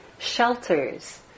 Shelters